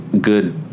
good